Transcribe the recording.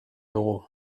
dugu